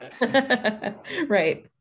Right